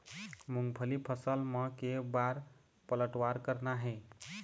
मूंगफली फसल म के बार पलटवार करना हे?